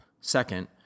Second